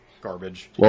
garbage